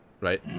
Right